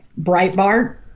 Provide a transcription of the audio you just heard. Breitbart